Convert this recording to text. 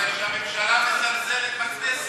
כי הממשלה מזלזלת בכנסת.